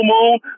moon